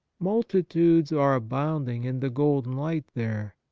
multitudes are abounding in the golden light there,